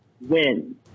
win